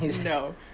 no